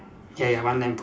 ya ya one lamppost